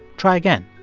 try again.